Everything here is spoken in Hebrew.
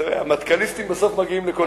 תראה, המטכ"ליסטים בסוף מגיעים לכל דבר.